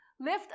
Lift